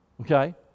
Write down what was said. Okay